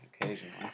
Occasionally